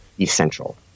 essential